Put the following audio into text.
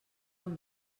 amb